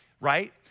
right